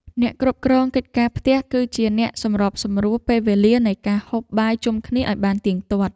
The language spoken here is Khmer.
អ្នកគ្រប់គ្រងកិច្ចការផ្ទះ គឺជាអ្នកសម្របសម្រួលពេលវេលានៃការហូបបាយជុំគ្នាឱ្យបានទៀងទាត់។